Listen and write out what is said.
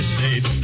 State